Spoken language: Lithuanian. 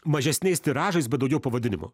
mažesniais tiražais bet daugiau pavadinimų